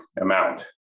amount